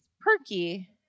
perky